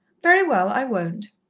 very well, i won't.